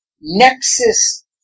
Nexus